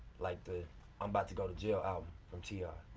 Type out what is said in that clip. like the i'm about to go to jail album from t i.